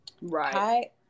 Right